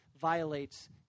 violates